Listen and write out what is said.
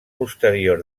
posterior